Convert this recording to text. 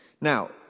Now